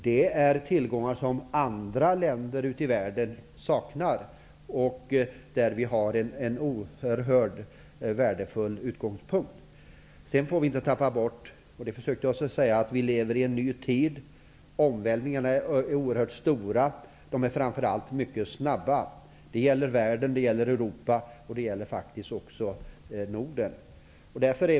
Detta är tillgångar som andra länder ute i världen saknar. Vi har här en oerhört värdefull utgångspunkt. Vi får inte glömma att vi lever i en ny tid. Omvälvningarna är oerhört stora, och de sker framför allt mycket snabbt. Detta gäller världen, Europa och faktiskt också Norden.